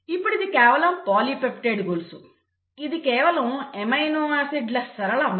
ఇప్పుడు ఇది కేవలం పాలీపెప్టైడ్ గొలుసు ఇది కేవలం అమైనో ఆసిడ్ల సరళ అమరిక